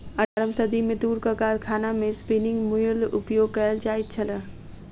अट्ठारम सदी मे तूरक कारखाना मे स्पिन्निंग म्यूल उपयोग कयल जाइत छल